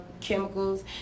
chemicals